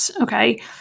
Okay